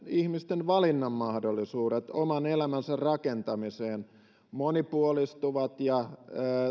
ihmisten valinnanmahdollisuudet oman elämänsä rakentamiseen monipuolistuvat ja